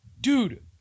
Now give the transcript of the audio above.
dude